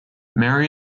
mary